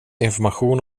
information